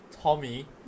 Tommy